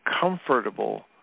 Comfortable